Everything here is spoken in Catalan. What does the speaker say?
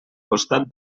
costat